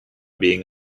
being